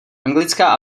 anglická